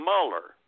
Mueller